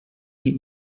nie